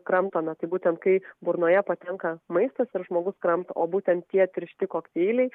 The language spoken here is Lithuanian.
kramtome tai būtent kai burnoje patenka maistas ir žmogus kramto o būtent tie tiršti kokteiliai